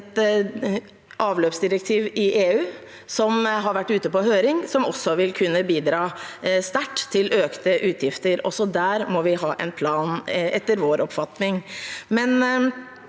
et avløpsdirektiv som har vært ute på høring, og som også vil kunne bidra sterkt til økte utgifter. Også der må vi ha en plan, etter vår oppfatning.